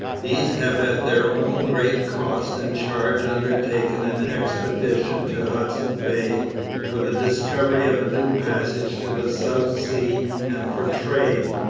these have at their own great cost and charge undertaken an expedition to hudson bay for the discovery of a new passage to the south sea and for trade,